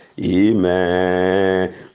Amen